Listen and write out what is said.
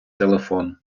телефон